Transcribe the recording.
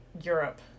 Europe